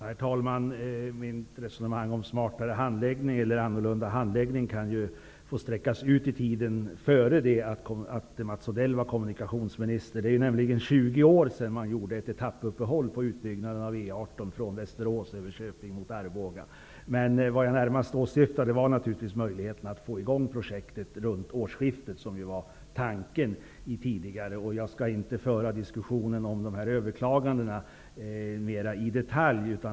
Herr talman! Mitt resonemang om smartare eller annorlunda handläggning kan sträckas ut i tiden till före det att Mats Odell blev kommunikationsminister. Det är 20 år sedan det gjordes ett etappuppehåll på utbyggnaden av E 18 från Västerås över Köping mot Arboga. Jag åsyftade närmast möjligheten att få i gång projektet runt årsskiftet, vilket var den tidigare tanken. Jag skall inte föra diskussionen om överklagandena i detalj.